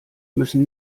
müssen